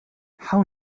how